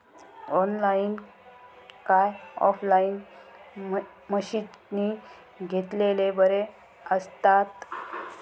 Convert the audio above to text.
Online काय offline मशीनी घेतलेले बरे आसतात?